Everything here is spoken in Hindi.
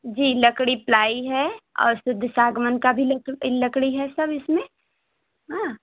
जी लकड़ी प्लाइ है और शुद्ध सागवन का भी लक लकड़ी है सब इसमें हाँ